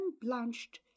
blanched